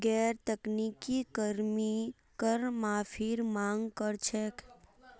गैर तकनीकी कर्मी कर माफीर मांग कर छेक